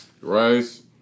Rice